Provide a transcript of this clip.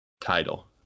title